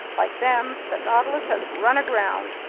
like them, the nautilus has run aground!